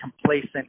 complacent